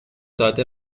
داده